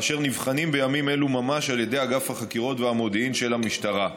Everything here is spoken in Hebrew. והם נבחנים בימים אלו ממש על ידי אגף החקירות והמודיעין של המשטרה.